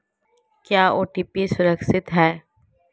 क्या ओ.टी.पी सुरक्षित है?